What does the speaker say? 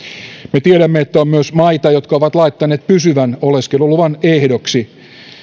me tiedämme että on myös maita jotka ovat laittaneet pysyvän oleskeluluvan ehdoksi